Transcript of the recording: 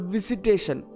Visitation